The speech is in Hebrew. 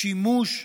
שימוש,